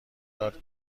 داد